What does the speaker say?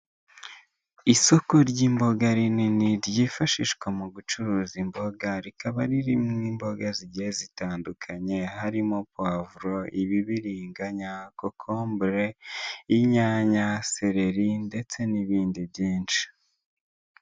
Isoko ry'imboga rinini ryifashishwa mu gucuruza imboga rikaba ririmo imboga zigiye zitandukanye harimo pavuro, ibibiriganya, kokombure, inyanya, sereri ndetse n'ibindi byinshi.